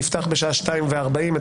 הישיבה ננעלה בשעה 14:32.